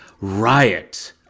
riot